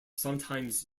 sometimes